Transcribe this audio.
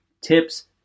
tips